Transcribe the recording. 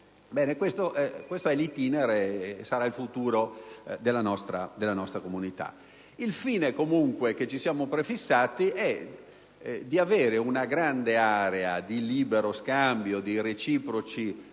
questo è l'*iter*, questo sarà il futuro della nostra comunità. Il fine comunque che ci siamo prefissati è di avere una grande area di libero scambio, di reciproci